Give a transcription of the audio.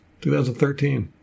2013